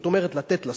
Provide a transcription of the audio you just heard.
זאת אומרת, לתת לשר,